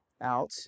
out